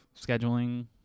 scheduling